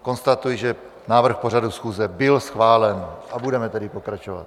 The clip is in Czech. Konstatuji, že návrh pořadu schůze byl schválen, a budeme tedy pokračovat.